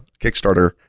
kickstarter